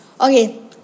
Okay